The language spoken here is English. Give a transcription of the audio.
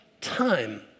time